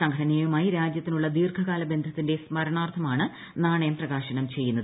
സംഘടനയുമായി രാജൃത്തിനുള്ള ദീർഘകാല ബന്ധത്തിന്റെ സ്മരണാർത്ഥമാണ് നാണയം പ്രകാശനം ചെയ്യുന്നത്